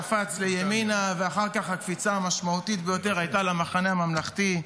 קפץ לימינה ואחר כך הקפיצה המשמעותית ביותר הייתה למחנה הממלכתי.